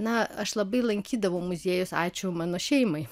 na aš labai lankydavau muziejus ačiū mano šeimai